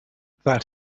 that